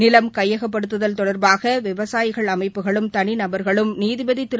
நிலம் கையகப்படுத்துதல் தொடர்பாக விவசாயிகள் அமைப்புகளும் தனிநபர்களும் நீதிபதி திரு